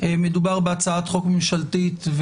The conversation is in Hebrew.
מדובר בהצעת חוק ממשלתית,